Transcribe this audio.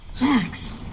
Max